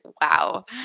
wow